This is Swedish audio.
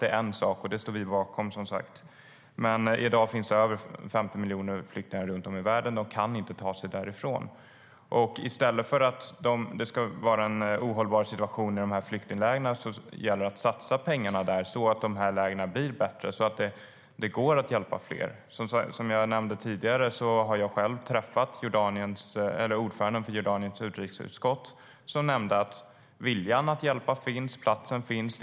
Det är en sak, och det står vi som sagt var bakom.I dag finns dock över 50 miljoner flyktingar runt om i världen. De kan inte ta sig därifrån. I stället för att det ska vara en ohållbar situation i flyktinglägren gäller det att satsa pengarna där så att lägren blir bättre och man därigenom kan hjälpa fler. Som jag nämnde tidigare har jag själv träffat ordföranden för Jordaniens utrikesutskott, som nämnde att viljan att hjälpa finns och platsen finns.